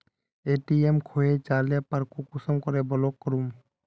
ATM खोये जाले पर कुंसम करे ब्लॉक करूम?